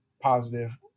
positive